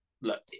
look